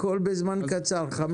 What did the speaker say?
הכול בזמן קצר, חמש דקות.